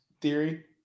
theory